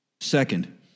Second